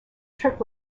trick